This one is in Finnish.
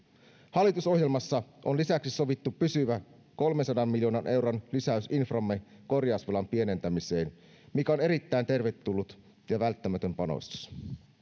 hallitusohjelmassa on lisäksi sovittu pysyvä kolmensadan miljoonan euron lisäys inframme korjausvelan pienentämiseen mikä on erittäin tervetullut ja välttämätön panostus